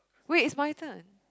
wait it's my turn